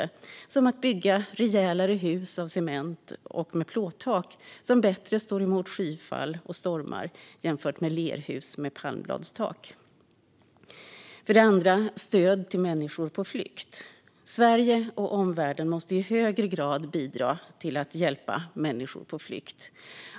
Det kan vara att bygga ett rejälare hus av cement och med plåttak, som bättre står emot skyfall och stormar jämfört med ett lerhus med palmbladstak. För det andra behövs stöd till människor på flykt. Sverige och omvärlden måste i högre grad bidra till att hjälpa människor på flykt.